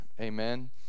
Amen